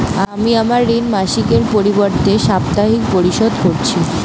আমি আমার ঋণ মাসিকের পরিবর্তে সাপ্তাহিক পরিশোধ করছি